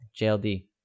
JLD